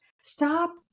Stop